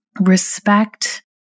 respect